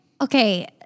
Okay